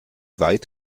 weit